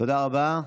תודה רבה.